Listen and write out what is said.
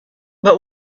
but